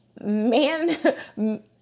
man